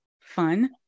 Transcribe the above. fun